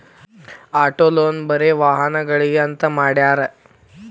auto loan ಬರೆ ವಾಹನಗ್ಳಿಗೆ ಅಂತ್ ಮಾಡ್ಯಾರ